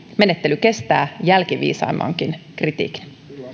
menettely kestää jälkiviisaimmankin kritiikin